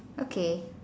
okay